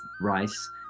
rice